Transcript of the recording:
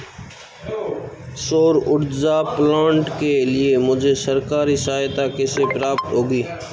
सौर ऊर्जा प्लांट के लिए मुझे सरकारी सहायता कैसे प्राप्त होगी?